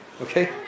Okay